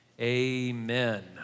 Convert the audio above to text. amen